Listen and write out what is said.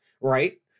Right